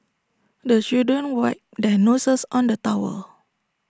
the children wipe their noses on the towel